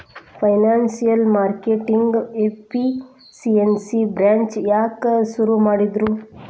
Financial marketing efficiency branch ಯಾಕ್ ಶುರು ಮಾಡಿದ್ರು?